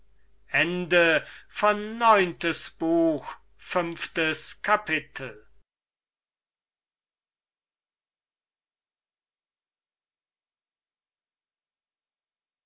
neuntes buch erstes kapitel